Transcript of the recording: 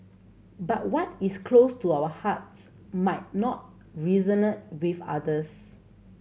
but what is close to our hearts might not resonate with others